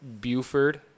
Buford